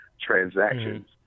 transactions